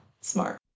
smart